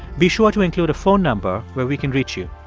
be sure to include a phone number where we can reach you.